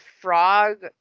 frog